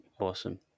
awesome